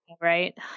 Right